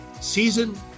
season